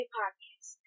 podcast